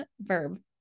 verb